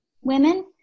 women